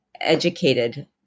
educated